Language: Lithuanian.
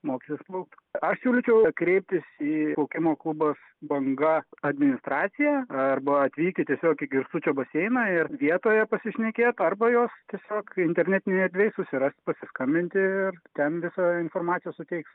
mokysis plaukt aš siūlyčiau kreiptis į laukimo klubas banga administraciją arba atvykti tiesiog į girstučio baseiną ir vietoje pasišnekėt arba juos tiesiog internetinėj erdvėj susirast pasiskambinti ir ten visą informaciją suteiks